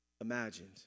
Imagined